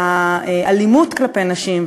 והאלימות כלפי נשים,